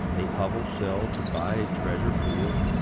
a hovel sell to buy a treasure-field?